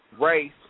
Race